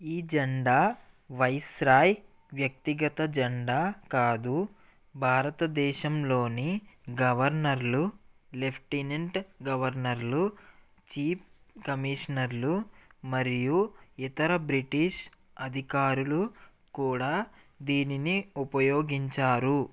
ఈ జెండా వైస్రాయ్ వ్యక్తిగత జెండా కాదు భారతదేశంలోని గవర్నర్లు లెఫ్టినెంట్ గవర్నర్లు చీఫ్ కమిషనర్లు మరియు ఇతర బ్రిటిష్ అధికారులు కూడా దీనిని ఉపయోగించారు